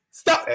stop